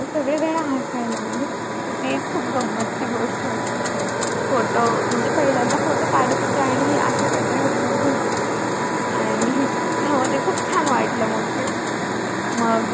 तर सगळेजण हासायला लागले तर ती एक खूप गम्मतची गोष्ट होती फोटो म्हणजे पहिल्यांदा फोटो काढत होते आणि अशी काही तरी गंमत घडली आणि त्यामध्ये खूप छान वाटलं मग ते मग